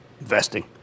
Investing